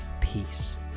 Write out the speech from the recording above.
peace